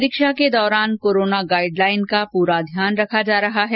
परीक्षा के दौरान कोरोना गाइडलाइन का पुरा ध्यान रखा जा रहा है